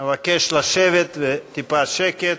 אבקש לשבת, וטיפה שקט.